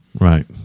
Right